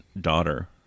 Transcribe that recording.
daughter